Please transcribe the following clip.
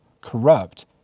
corrupt